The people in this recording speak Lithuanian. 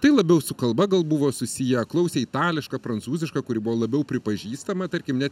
tai labiau su kalba gal buvo susiję klausė itališką prancūzišką kuri buvo labiau pripažįstama tarkim ne